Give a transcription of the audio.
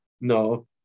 No